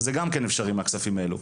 זה אפשרי לעשות את זה מהכספים האלו.